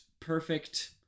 perfect